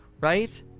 right